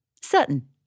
Certain